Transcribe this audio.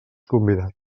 convidat